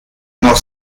noch